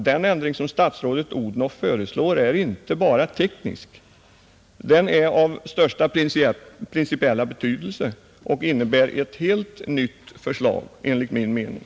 Den ändring som statsrådet Odhnoff föreslår är inte bara teknisk! Den är av största principiella betydelse och innebär ett helt nytt förslag enligt min mening.